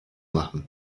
machen